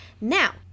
now